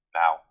now